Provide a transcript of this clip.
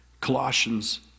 Colossians